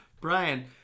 Brian